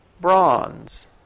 bronze